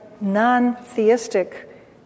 non-theistic